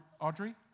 Audrey